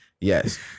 Yes